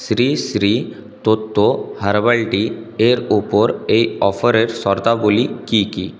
Shri Shri Tattva herbal tea এর ওপর এই অফারের শর্তাবলী কী কী